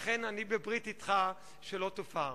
לכן אני בברית אתך שלא תופר.